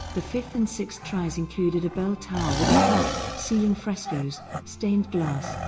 the fifth and sixth tries included a bell tower with a clock, ceiling frescoes, stained glass